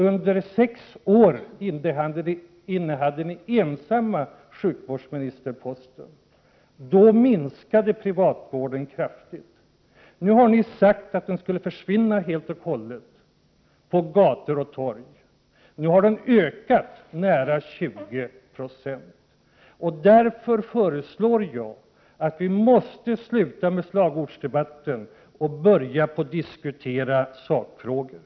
Under sex år innehade ni ensamma sjukvårdsministerposten — då minskade privatvården kraftigt. Nu har ni på gator och torg sagt att den skulle försvinna helt och hållet — nu har den ökat med nära 20 90. Därför föreslår jag att vi slutar med slagordsdebatten och börjar diskutera sakfrågor.